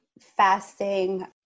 fasting